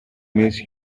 miss